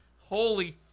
Holy